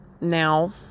now